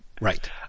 right